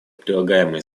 прилагаемые